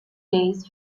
days